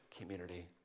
community